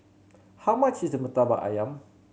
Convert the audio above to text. how much is Murtabak Ayam